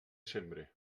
sembre